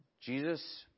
Jesus